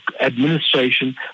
administration